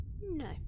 no